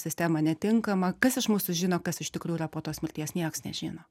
sistemą netinkama kas iš mūsų žino kas iš tikrųjų yra po tos mirties nieks nežino